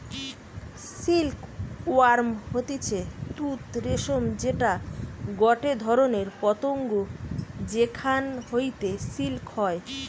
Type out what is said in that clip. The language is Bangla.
সিল্ক ওয়ার্ম হতিছে তুত রেশম যেটা গটে ধরণের পতঙ্গ যেখান হইতে সিল্ক হয়